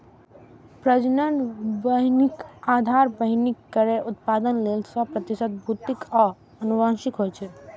प्रजनक बीहनि आधार बीहनि केर उत्पादन लेल सय प्रतिशत भौतिक आ आनुवंशिक होइ छै